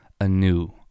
anew